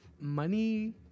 money